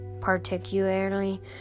particularly